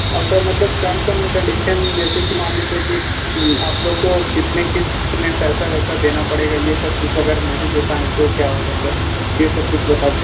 और सर मतलब terms and condition जैसे की मान लीजिए कि आप लोग को कितने किश्त में पैसा वैसा देना पड़ेगा ये सब कुछ अगर नहीं दे पाएं तो क्या होगा सर यह सब कुछ बता दी